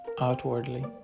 outwardly